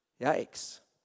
Yikes